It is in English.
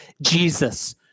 Jesus